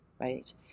right